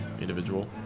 individual